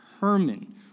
Herman